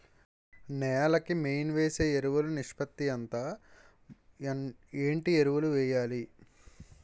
నేల కి మెయిన్ వేసే ఎరువులు నిష్పత్తి ఎంత? ఏంటి ఎరువుల వేయాలి?